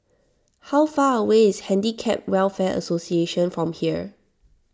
how far away is Handicap Welfare Association from here